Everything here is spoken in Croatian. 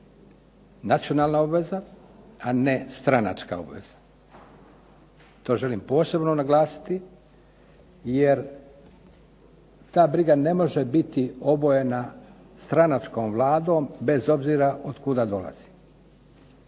nacionalna obveza, a ne stranačka obveza. To želim posebno naglasiti jer ta briga ne može biti obojena stranačkom Vladom, bez obzira otkuda dolazi.